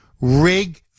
rig